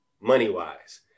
money-wise